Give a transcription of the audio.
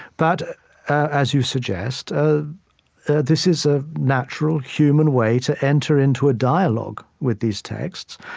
but as you suggest, ah this is a natural, human way to enter into a dialogue with these texts.